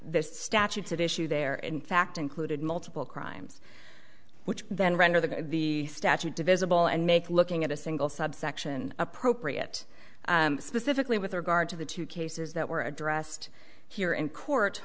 this statutes of issue there in fact included multiple crimes which then render the the statute divisible and make looking at a single subsection appropriate specifically with regard to the two cases that were addressed here in court